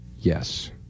Yes